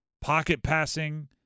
pocket-passing